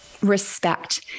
respect